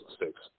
mistakes